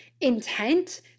intent